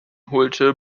holte